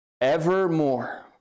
evermore